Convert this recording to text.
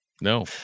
No